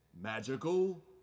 Magical